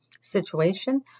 situation